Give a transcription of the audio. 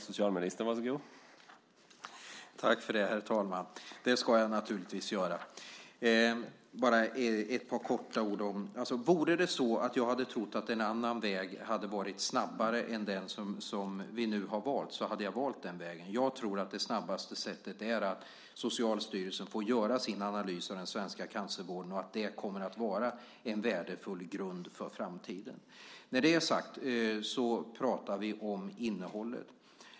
Herr talman! Vore det så att jag hade trott att en annan väg hade varit snabbare än den som vi nu har valt, hade jag valt den vägen. Jag tror att det snabbaste sättet är att Socialstyrelsen får göra sin analys av den svenska cancervården och att det kommer att vara en värdefull grund för framtiden. När det är sagt kan vi prata om innehållet.